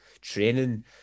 training